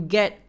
get